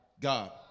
God